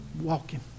walking